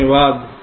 धन्यवाद